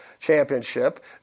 championship